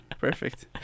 perfect